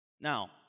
Now